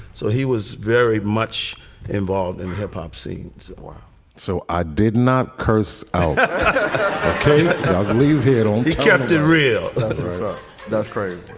so he was very much involved in hip hop scenes so i did not curse oh, i'll leave here. he kept it real that's crazy.